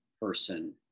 person